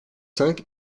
cinq